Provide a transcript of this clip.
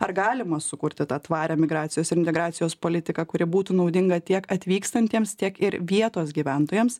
ar galima sukurti tą tvarią migracijos ir integracijos politiką kuri būtų naudinga tiek atvykstantiems tiek ir vietos gyventojams